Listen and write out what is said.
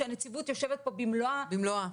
שהנציבות יושבת פה במלואה.